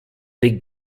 big